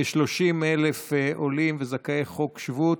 כ-30,000 עולים וזכאי חוק שבות,